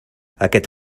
aquest